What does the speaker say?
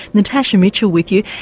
natasha mitchell with you,